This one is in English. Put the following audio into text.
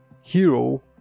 hero